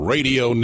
Radio